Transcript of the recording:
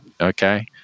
Okay